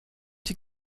die